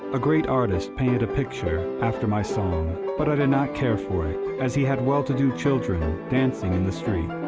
a great artist painted a picture after my song, but i did not care for it, as he had well-to-do children dancing in the street,